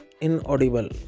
inaudible